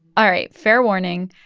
all right, fair warning.